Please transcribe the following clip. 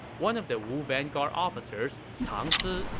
one of the wu vanguard officers, tang zi,